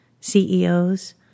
CEOs